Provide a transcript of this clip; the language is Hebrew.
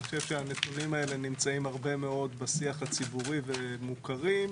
אני חושב שהנתונים האלה נמצאים הרבה מאוד בשיח הציבורי ומוכרים.